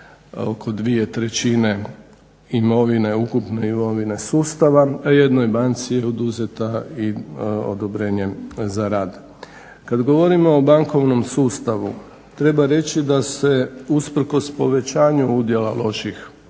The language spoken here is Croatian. oko dvije trećine ukupne imovine sustava, a jednoj banci je oduzeto i odobrenje za rad. Kad govorimo o bankovnom sustavu treba reći da se usprkos povećanju udjela loših